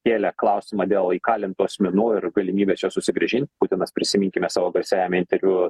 kėlė klausimą dėl įkalintų asmenų ir galimybės juos susigrąžint putinas prisiminkime savo garsiajame interviu